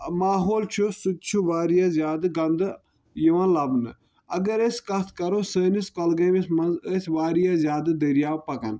ماحول چھُ سُہ تہِ چھُ واریاہ زیادٕ گنٛدٕ یِوان لَبنہٕ اَگر أسۍ کَتھ کَرو سٲنِس کولگٲمِس منٛز ٲسۍ واریاہ زیادٕ دٔرۍیاو پَکان